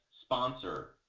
sponsor